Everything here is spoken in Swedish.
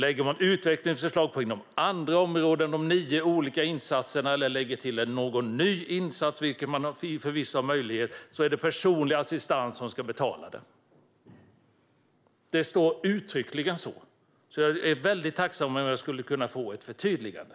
Lägger man fram utvecklingsförslag inom andra områden, antingen det gäller de nio olika insatserna eller om man lägger till någon ny insats, vilket man förvisso har möjlighet till, är det personlig assistans som ska betala det. Det står uttryckligen i direktiven. Jag är väldigt tacksam om jag skulle kunna få ett förtydligande.